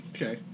Okay